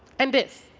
and this.